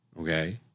okay